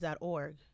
org